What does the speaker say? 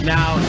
Now